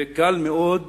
וקל מאוד